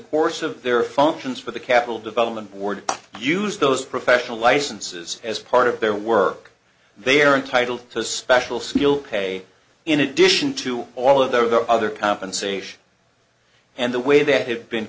course of their functions for the capital development board use those professional licenses as part of their work they are entitled to special skill pay in addition to all of the other compensation and the way that had been